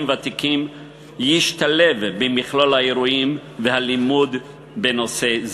ותיקים ישתלב במכלול האירועים והלימוד בנושא זה.